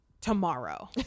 tomorrow